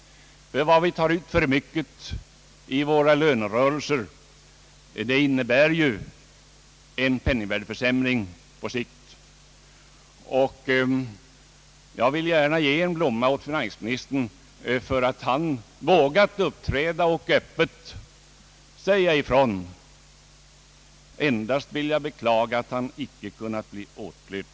Vad vi tar ut för mycket i form av löner, för med sig en penningvärdeförsämring på sikt. Jag vill gärna ge en blomma åt finansministern för att han i det stycket vågat uppträda och öppet säga ifrån. Jag vill endast beklaga att han inte kunnat bli åtlydd.